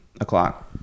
o'clock